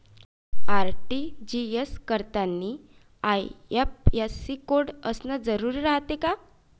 RTGS करतांनी IFSC code असन जरुरी रायते का?